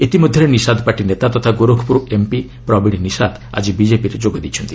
ଇତିମଧ୍ୟରେ ନିଶାଦ ପାର୍ଟି ନେତା ତଥା ଗୋରଖପୁର ଏମ୍ପି ପ୍ରବୀଣ ନିଶାଦ ଆଜି ବିଜେପିରେ ଯୋଗ ଦେଇଛନ୍ତି